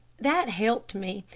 that helped me,